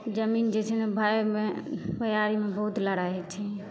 जमीन जे छै ने भायमे भैआरीमे बहुत लड़ाइ होइत छै